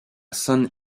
san